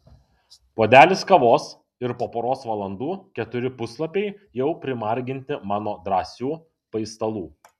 puodelis kavos ir po poros valandų keturi puslapiai jau primarginti mano drąsių paistalų